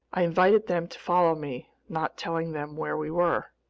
i invited them to follow me, not telling them where we were.